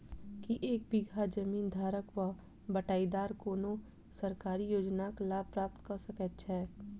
की एक बीघा जमीन धारक वा बटाईदार कोनों सरकारी योजनाक लाभ प्राप्त कऽ सकैत छैक?